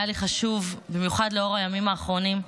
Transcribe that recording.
היה לי חשוב, במיוחד לאור הימים האחרונים,